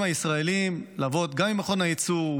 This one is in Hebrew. הישראלים בעבודה גם עם מכון היצוא,